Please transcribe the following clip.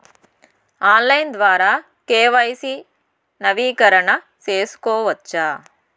Online ద్వారా KYC నవీకరణ సేసుకోవచ్చా?